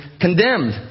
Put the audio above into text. condemned